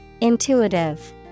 Intuitive